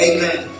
Amen